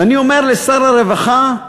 ואני אומר לשר הרווחה,